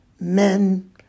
men